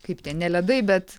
kaip tie ne ledai bet